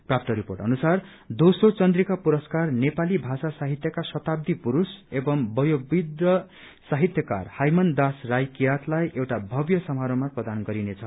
प्राप्त रिपोर्ट अनुसार दोम्रो चन्द्रिका पुरस्कार नेपाली भाषा साहित्यका शताब्दी पुरूष एवं बयोवृद्ध साहित्यकार हायमानदास राई किरातलाई एउटा भव्य समारोहमा प्रदान गरिनेछ